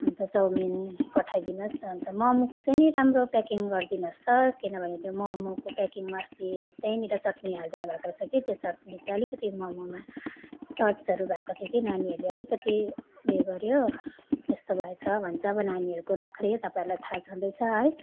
अन्त चाउमिन पठाइदिनुहोस् अन्त मोमोको चाहिँ निराम्रो प्याकिङ गरिदिनुहोस् ल किनभने चाहिँ मोमोको प्याकिङमा अस्ति त्यहीँनिर चटनी हालिदिनु भएको रहेछ कि त्यो चटनी चाहिँ अलिकति मोमोमा टचहरू भएको थियो कि नानीहरूले अलिकति उयो गर्यो यस्तो भएछ भन्छ अब नानीहरूको नखरे तपाईँहरूलाई थाह छँदै छ है